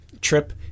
trip